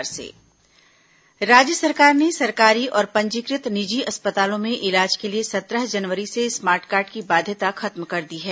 ration card मुफ्त इलाज राज्य सरकार ने सरकारी और पंजीकृत निजी अस्पतालों में इलाज के लिए सत्रह जनवरी से स्मार्ट कार्ड की बाध्यता खत्म कर दी है